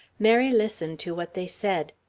mary listened to what they said.